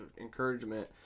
encouragement